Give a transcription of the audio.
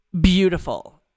beautiful